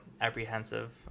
apprehensive